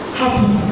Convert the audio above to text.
happy